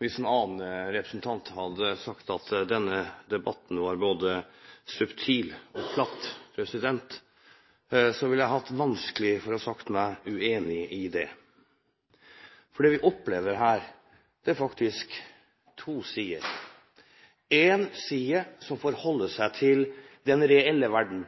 Hvis en annen representant hadde sagt at denne debatten var både subtil og platt, ville jeg hatt vanskelig for å si meg uenig i det. For det vi opplever her, er faktisk to sider: en side som forholder seg til den reelle verden,